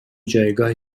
جایگاه